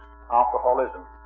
alcoholism